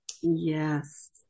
Yes